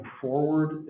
forward